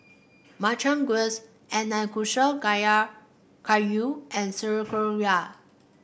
Makchang Gui Nanakusa Gayu and Sauerkraut